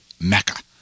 mecca